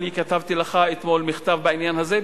ואני כתבתי לך אתמול מכתב בעניין הזה,